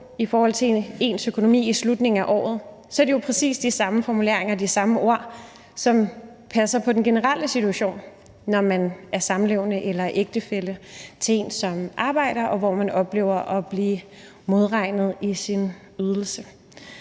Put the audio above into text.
i forhold til ens økonomi i slutningen af året, er det jo præcis de samme formuleringer, de samme ord, som passer på den generelle situation, når man er samlevende eller ægtefælle til en, som arbejder, og hvor man oplever at blive modregnet i sin ydelse.